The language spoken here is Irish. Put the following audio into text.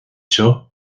seo